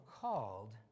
called